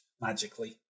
magically